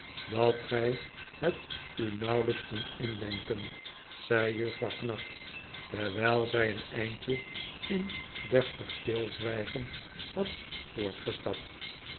dat gij het u nauwelijks kunt indenken zei juffrouw knag nadat zij een eindje in deftig stilzwijgen had